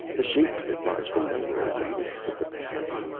the shapes that rise from nowhere in the mists of the pass?